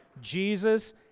Jesus